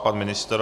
Pan ministr?